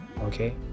okay